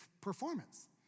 performance